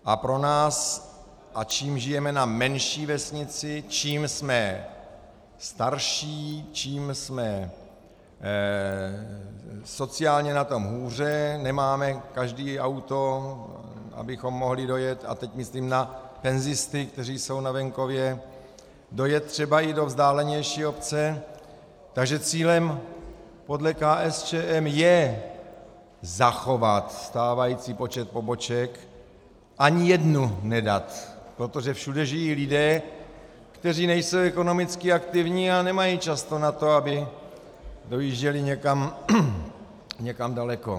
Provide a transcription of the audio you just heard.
A pro nás a čím žijeme na menší vesnici, čím jsme starší, čím jsme sociálně na tom hůře, nemáme každý auto, abychom mohli dojet, a teď myslím na penzisty, kteří jsou na venkově, dojet třeba i do vzdálenější obce, takže cílem podle KSČM je zachovat stávající počet poboček, ani jednu nedat, protože všude žijí lidé, kteří nejsou ekonomicky aktivní a nemají často na to, aby dojížděli někam daleko.